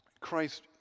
Christ